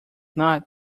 not